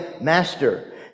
Master